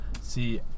See